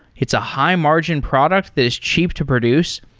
it's a high-margin product that is cheap to produce.